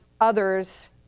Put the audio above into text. others